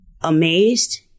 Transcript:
amazed